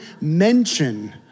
mention